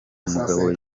umugabo